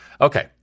Okay